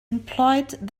employed